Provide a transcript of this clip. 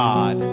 God